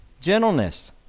Gentleness